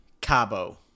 Cabo